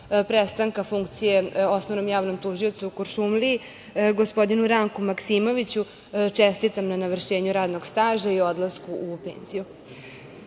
prestanka funkcije Osnovnom javnom tužiocu u Kuršumliji, gospodinu Ranku Maksimoviću, čestitam na navršenju radnog staža i odlasku u penziju. Što